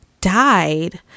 died